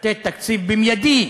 לתת תקציב מיידי